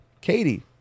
Katie